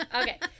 Okay